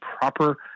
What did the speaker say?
proper